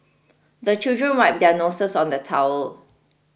the children wipe their noses on the towel